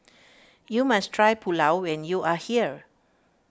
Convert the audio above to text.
you must try Pulao when you are here